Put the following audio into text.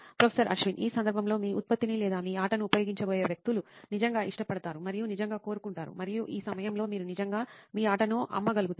professor Ashwin ఈ సందర్భంలో మీ ఉత్పత్తిని లేదా మీ ఆటను ఉపయోగించబోయే వ్యక్తులు నిజంగా ఇష్టపడతారు మరియు నిజంగా కోరుకుంటారు మరియు ఆ సమయంలో మీరు నిజంగా మీ ఆటను అమ్మగలుగుతారు